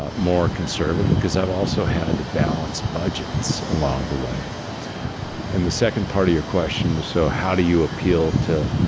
ah more conservative because i've also had to balance budgets along the way and the second part of your question was, so how do you appeal to